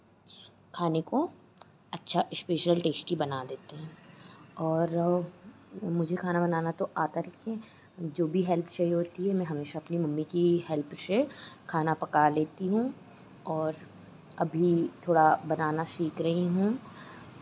खाने को अच्छा स्पेशल टेस्टी बना देते हैं और मुझे खाना बनाना तो आता लेकिन जो भी हेल्प चाहिए होती है मैं हमेशा अपनी मम्मी की हेल्प से खाना पका लेती हूँ और अभी थोड़ा बनाना सीख रही हूँ